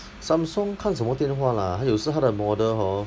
Samsung 看什么电话 lah 它有时候它的 model hor